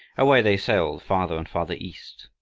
away they sailed farther and farther east,